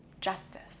justice